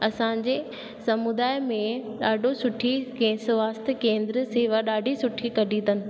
असांजे समूदाय में ॾाढो सुठी के स्वास्थ केंद्र सेवा ॾाढी सुठी कढी अथनि